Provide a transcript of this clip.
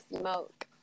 Smoke